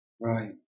right